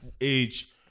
age